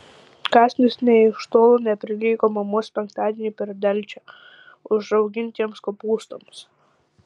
kąsnis nė iš tolo neprilygo mamos penktadienį per delčią užraugtiems kopūstams